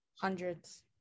hundreds